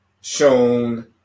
shown